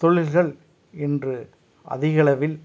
தொழில்கள் இன்று அதிகளவில்